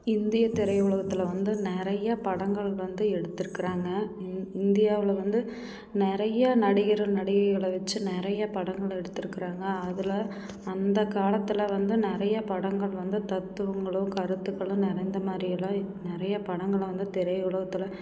இந்திய திரையுலகத்தில் வந்து நிறைய படங்கள் வந்து எடுத்திருக்குறாங்க இ இந்தியாவில் வந்து நிறைய நடிகர்கள் நடிகைகளை வைச்சு நிறைய படங்கள் எடுத்திருக்குறாங்க அதில் அந்த காலத்தில் வந்து நிறைய படங்கள் வந்து தத்துவங்களும் கருத்துக்களும் நிறைந்த மாதிரியெல்லாம் நிறைய படங்களை வந்து திரையுலகத்தில்